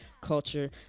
Culture